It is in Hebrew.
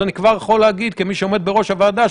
כמי שעומד בראש הוועדה,